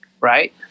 right